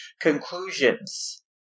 conclusions